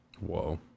Whoa